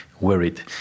worried